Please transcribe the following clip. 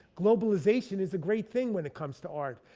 globalization is a great thing when it comes to art.